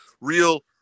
real